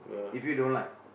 if you don't like